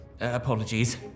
apologies